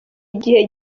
igihe